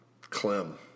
Clem